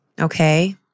okay